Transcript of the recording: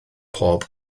bob